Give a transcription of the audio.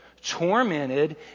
tormented